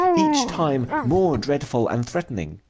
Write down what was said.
each time more dreadful and threatening.